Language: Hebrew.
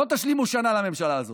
לא תשלימו שנה לממשלה הזאת,